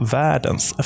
världens